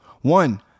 One